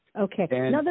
Okay